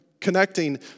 connecting